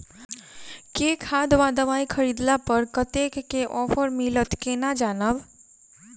केँ खाद वा दवाई खरीदला पर कतेक केँ ऑफर मिलत केना जानब?